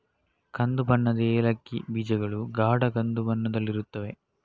ಕಂದು ಬಣ್ಣದ ಏಲಕ್ಕಿ ಬೀಜಗಳು ಗಾಢ ಕಂದು ಬಣ್ಣದಲ್ಲಿರುತ್ತವೆ